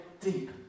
deep